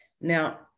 Now